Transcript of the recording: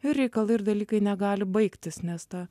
ir reikalai ir dalykai negali baigtis nes ta